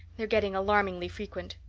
they're getting alarmingly frequent.